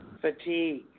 fatigue